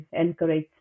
encourage